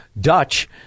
Dutch